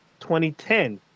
2010